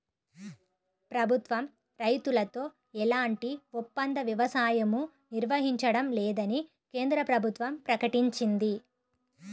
ప్రభుత్వం రైతులతో ఎలాంటి ఒప్పంద వ్యవసాయమూ నిర్వహించడం లేదని కేంద్ర ప్రభుత్వం ప్రకటించింది